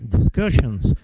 discussions